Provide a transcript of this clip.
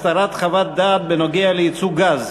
הסתרת חוות דעת בנושא יצוא הגז.